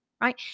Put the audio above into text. Right